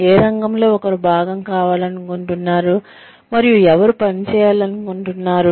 ఏ రంగంలో ఒకరు భాగం కావాలనుకుంటున్నారు మరియు ఎవరు పని చేయాలనుకుంటున్నారు